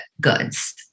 goods